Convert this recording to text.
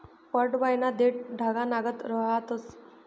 पडवयना देठं धागानागत रहातंस